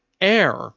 air